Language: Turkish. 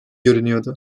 görünüyordu